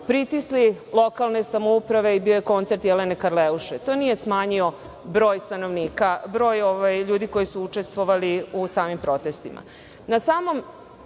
pritisli lokalne samouprave i bio je koncert Jelene Karleuše. To nije smanjio broj ljudi koji su učestvovali u samim protestima. Na